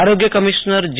આરોગ્ય કમિશ્નર જે